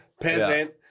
peasant